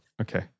Okay